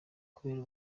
kubera